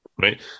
right